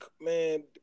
man